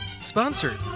sponsored